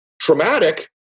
traumatic